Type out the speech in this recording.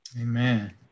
Amen